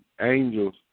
angels